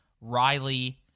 Riley